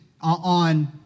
on